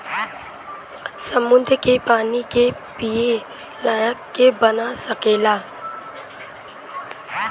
समुन्दर के पानी के पिए लायक ना बना सकेला